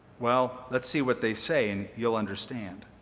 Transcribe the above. well, let's see what they say and you'll understand.